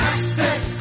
Access